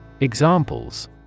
Examples